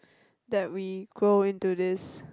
that we grow into this